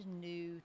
new